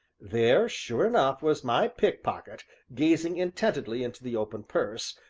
there, sure enough, was my pickpocket gazing intently into the open purse,